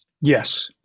Yes